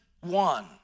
one